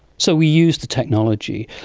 so we used the technology.